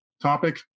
topic